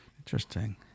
Interesting